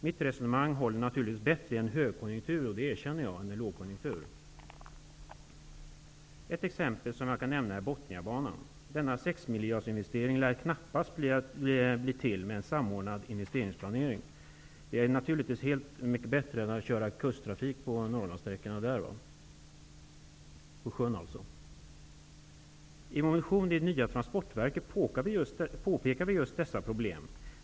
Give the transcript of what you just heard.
Mitt resonemang håller naturligtvis bättre i en högkonjunktur än i en lågkonjunktur, och det erkänner jag. Jag kan ta Bothniabanan som exempel. Denna investering på sex miljarder lär knappast bli till med en samordnad investeringsplanering. Det är naturligtvis mycket bättre med kusttrafik, på sjön, på Norrlandssträckorna. I vår motion om det nya transportverket påpekar vi just dessa problem.